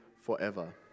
forever